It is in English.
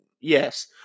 Yes